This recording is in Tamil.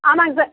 ஆமாங்க சார்